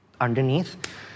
underneath